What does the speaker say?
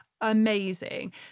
amazing